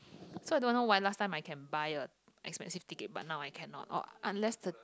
so I don't know why last time I can buy the expensive ticket but now I cannot or unless the